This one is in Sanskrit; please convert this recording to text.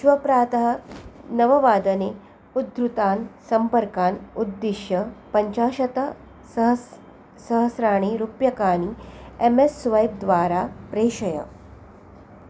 श्वः प्रातः नववादने उद्धृतान् सम्पर्कान् उद्दिश्य पञ्चाशत्सहस्रं सहस्राणि रूप्यकाणि एम् एस् स्वैप् द्वारा प्रेषय